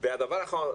ודבר אחרון,